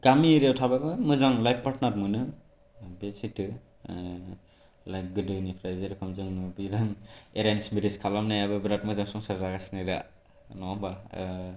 दा गामि एरियायाव थाबाबो मोजां लाइफ पार्टनार मोनो बे सैथो लाइक गोदोनिफ्राय जेरेखम जों एरेन्ज मेरिज खालायनायाबो बिरात मोजां संसार जागासिनो दा नङाहोमबा